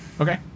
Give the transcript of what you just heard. Okay